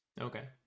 okay